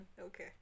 Okay